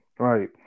Right